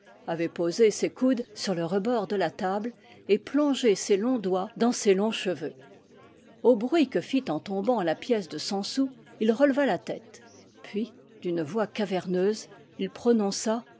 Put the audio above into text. avait posé ses coudes sur le rebord de la table et plongé ses longs doigts dans ses longs cheveux au bruit que fit en tombant la pièce de cent sous il releva la tête puis d'une voix caverneuse il prononça